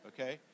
okay